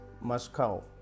Moscow